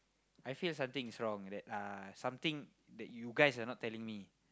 I feel something is wrong that ah something that you guys are not telling me